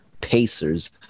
Pacers